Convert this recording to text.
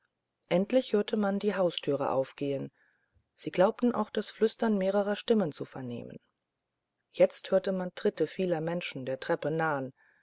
endlich hörte man die haustüre aufgehen sie glaubten auch das flüstern mehrerer stimmen zu vernehmen jetzt hörte man tritte vieler menschen der treppe nahen